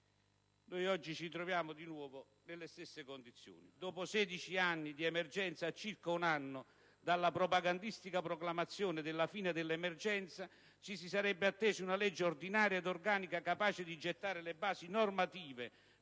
oggi ci troviamo di nuovo nelle stesse condizioni. Dopo 16 anni di emergenza, a circa un anno dalla propagandistica proclamazione della fine dell'emergenza, ci si sarebbe attesi una legge ordinaria e organica, capace di gettare le basi normative